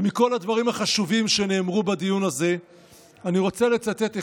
ומכל הדברים החשובים שנאמרו בדיון הזה אני רוצה לצטט אחד,